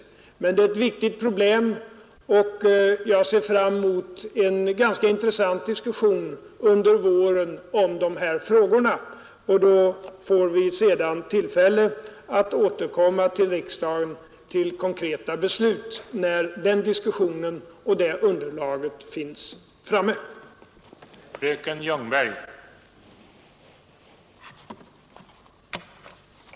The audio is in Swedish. Detta är emellertid ett viktigt problem, och jag ser fram emot en intressant diskussion under våren om dessa frågor. Vi får sedan tillfälle att återkomma i riksdagen till diskussion och konkreta beslut när det underlaget finns framlagt.